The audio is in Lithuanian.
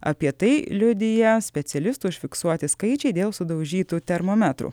apie tai liudija specialistų užfiksuoti skaičiai dėl sudaužytų termometrų